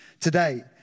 today